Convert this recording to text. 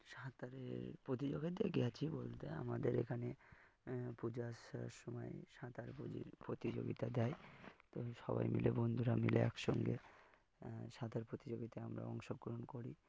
সাঁতারের প্রতিযোগিতায় গিয়েছি বলতে আমাদের এখানে পুজা আসার সময় সাঁতারের প্রতিযোগিতা দেয় তো সবাই মিলে বন্ধুরা মিলে একসঙ্গে সাঁতার প্রতিযোগিতায় আমরা অংশগ্রহণ করি